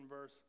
verse